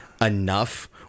Enough